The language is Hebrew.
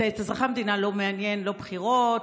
את אזרחי המדינה לא מעניינות לא בחירות,